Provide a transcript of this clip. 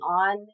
on